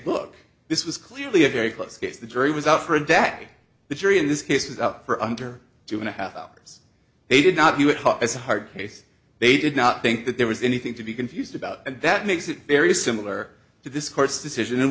look this was clearly a very close case the jury was out for a dac the jury in this case was out for under two and a half hours they did not view it as a hard case they did not think that there was anything to be confused about and that makes it very similar to this court's decision in